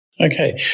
Okay